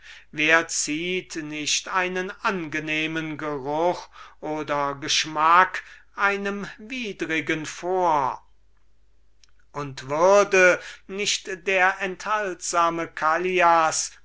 wer zieht nicht einen angenehmen geruch oder geschmack einem widrigen vor und würde nicht der enthaltsame callias